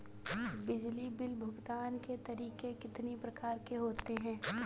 बिजली बिल भुगतान के तरीके कितनी प्रकार के होते हैं?